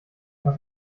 aus